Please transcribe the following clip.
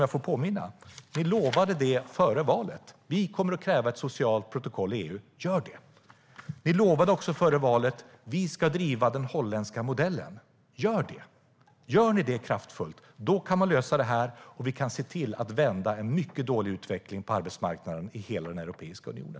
Jag vill påminna om att ni före valet lovade: Vi kommer att kräva ett socialt protokoll i EU. Gör det! Ni lovade också före valet: Vi ska driva den holländska modellen. Gör det! Gör ni det kraftfullt kan man lösa detta och vi kan se till att vända en mycket dålig utveckling på arbetsmarknaden i hela Europeiska unionen.